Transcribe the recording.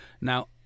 Now